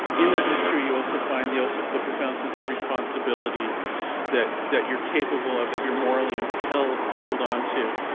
in that mystery you alsofind the ah sort of the profound sense of responsibility that that you're capable, that you're morally impelled to hold onto.